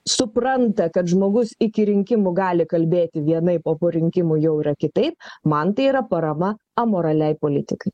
supranta kad žmogus iki rinkimų gali kalbėti vienaip o po rinkimų jau yra kitaip man tai yra parama amoraliai politikai